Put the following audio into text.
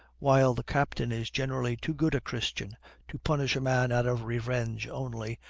while the captain is generally too good a christian to punish a man out of revenge only,